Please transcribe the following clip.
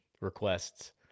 requests